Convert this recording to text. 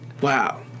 Wow